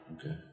Okay